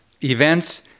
events